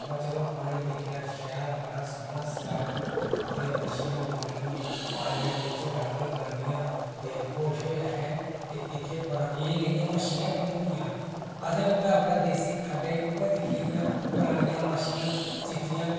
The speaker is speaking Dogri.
अबा चलो पानी दिक्खेआ शैल बड़ा सोह्ना सजावट उत्थै पानी पानियै बिच रंग बरांगियां दिल बड़ा खुश होआ ऐ इत्थै एह् नेहि्यां मच्छियां बी थ्होदियां ना असें अपने देसी खड्डें च उ'ऐ दिक्खी दियां ना परानी मच्छियां चिट्टयां